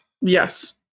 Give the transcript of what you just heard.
yes